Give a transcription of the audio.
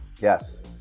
Yes